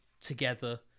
together